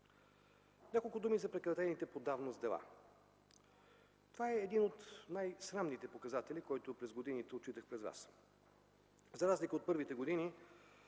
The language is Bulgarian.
Няколко думи за прекратените по давност дела. Това е един от най-срамните показатели, който отчитах пред вас през годините. За разлика от първите години,